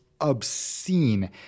obscene